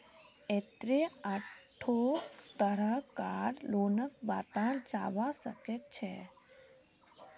यन्ने आढ़ो तरह कार लोनक बताल जाबा सखछे